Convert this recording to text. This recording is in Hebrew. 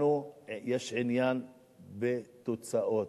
לנו יש עניין בתוצאות,